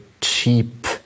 cheap